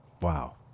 wow